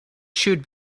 should